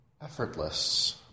effortless